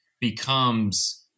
becomes